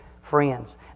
friends